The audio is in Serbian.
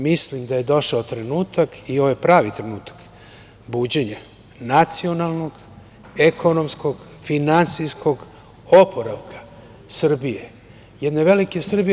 Mislim da je došao trenutak i ovo je pravi trenutak buđenja nacionalnog, ekonomskog, finansijskog oporavka Srbije, jedne velike Srbije.